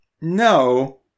no